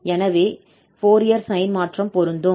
எனவே இங்கே Fourier sine மாற்றம் பொருந்தும்